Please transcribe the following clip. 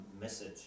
message